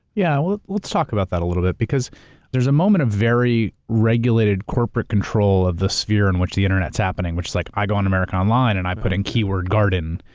yeah, well, let's talk about that a little bit, because there's a moment of very regulated corporate control of the sphere in which the internet's happening, which is like, i go on america online and i put in keyword garden,